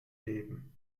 leben